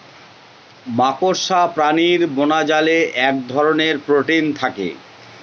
মাকড়সা প্রাণীর বোনাজালে এক ধরনের প্রোটিন থাকে